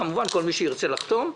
כמובן כל מי שירצה לחתום.